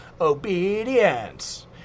obedience